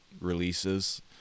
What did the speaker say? releases